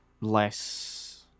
less